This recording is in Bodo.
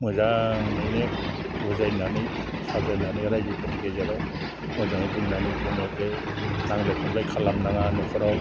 मोजाङैनो बुजायनानै साजायनानै रायजोफोरनि गेजेराव मोजाङै बुंनानै बुङो जे नांलाय खमलाय खालाम नाङा न'खराव